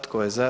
Tko je za?